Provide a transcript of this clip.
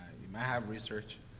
you might have research,